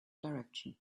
direction